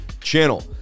channel